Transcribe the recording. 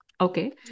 Okay